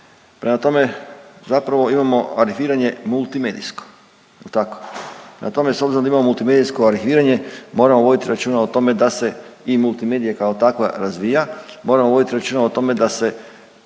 prema tome zapravo imamo arhiviranje multimedijsko, jel tako? Prema tome, s obzirom da imamo multimedijsko arhiviranje moramo voditi računa o tome da se i multimedija kao takva razvija, moramo voditi računa o tome da se